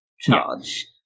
charge